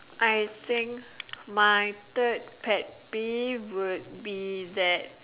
I think my third pet peeve would be that